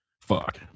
fuck